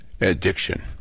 addiction